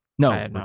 No